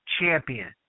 champion